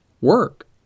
work